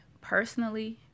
personally